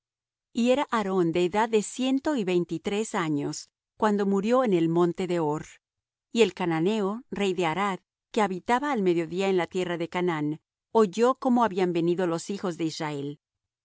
y era aarón de edad de ciento y veinte y tres años cuando murió en el monte de hor y el cananeo rey de arad que habitaba al mediodía en la tierra de canaán oyó como habían venido los hijos de israel